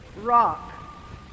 rock